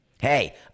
Hey